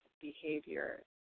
behavior